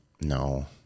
No